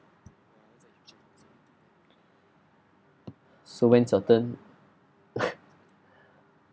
so when's your turn